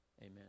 Amen